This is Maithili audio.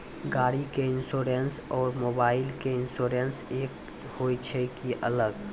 गाड़ी के इंश्योरेंस और मोबाइल के इंश्योरेंस एक होय छै कि अलग?